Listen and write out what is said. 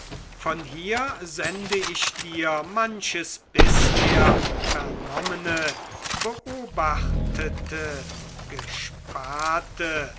von hier sende ich dir manches bisher vernommene beobachtete gesparte